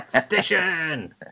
Station